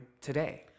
today